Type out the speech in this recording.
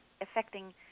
affecting